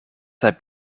heb